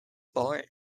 born